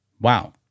Wow